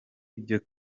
ibyo